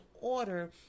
order